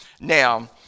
Now